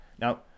Now